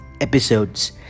episodes